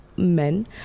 Men